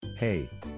Hey